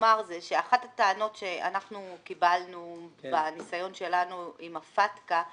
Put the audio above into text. אחת הטענות שאנחנו קיבלנו בניסיון שלנו עם ה- FATKAהיא